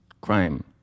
crime